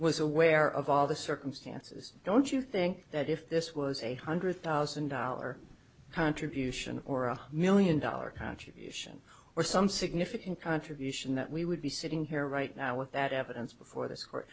was aware of all the circumstances don't you think that if this was a hundred thousand dollar contribution or a million dollar contribution or some significant contribution that we would be sitting here right now with that evidence before this court